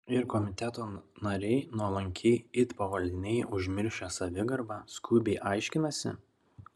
ir komiteto nariai nuolankiai it pavaldiniai užmiršę savigarbą skubiai aiškinasi